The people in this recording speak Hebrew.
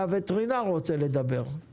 הווטרינר רוצה לדבר, בבקשה.